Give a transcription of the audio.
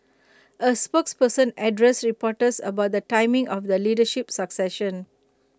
A spokesperson addressed reporters about the timing of the leadership succession